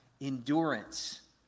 endurance